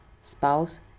spouse